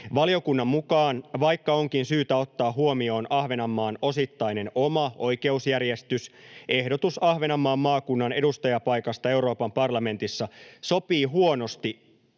Valiokunnan mukaan, vaikka onkin syytä ottaa huomioon Ahvenanmaan osittainen oma oikeusjärjestys, ehdotus Ahvenanmaan maakunnan edustajapaikasta Euroopan parlamentissa sopii huonosti